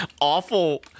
awful